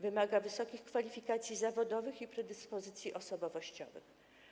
Wymaga to wysokich kwalifikacji zawodowych i predyspozycji osobowościowych.